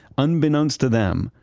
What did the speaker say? unbeknownst to them,